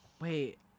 Wait